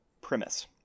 premise